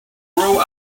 grow